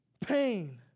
pain